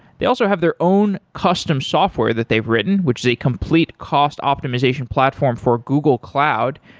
they also have their own custom software that they've written, which is a complete cost optimization platform for google cloud,